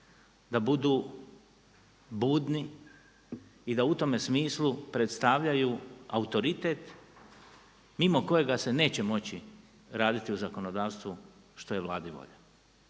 da budu budni i da u tome smislu predstavljaju autoritet mimo kojega se neće moći raditi u zakonodavstvu što je Vladi volja.